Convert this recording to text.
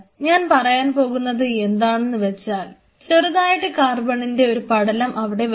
ഞാൻ പറയാൻ പോകുന്നത് എന്താണെന്ന് വെച്ചാൽ ചെറുതായിട്ട് കാർബണിന്റെ ഒരു പടലം അവിടെ വരും